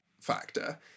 factor